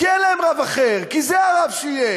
כי אין להם רב אחר, כי זה הרב שיהיה.